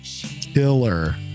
killer